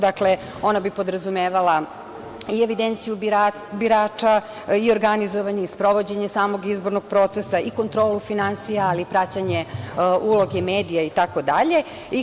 Dakle, ona bi podrazumevala i evidenciju birača, i organizovanje i sprovođenje samog izbornog procesa i kontrolu finansija, ali i praćenje uloge medija i tako dalje.